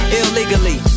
illegally